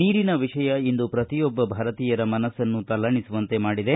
ನೀರಿನ ವಿಷಯ ಇಂದು ಪ್ರತಿಯೊಬ್ಬ ಭಾರತೀಯರ ಮನಸ್ಸನ್ನು ತಲ್ಲಣಿಸುವಂತೆ ಮಾಡಿದೆ